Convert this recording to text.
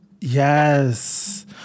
Yes